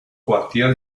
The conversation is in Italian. quartier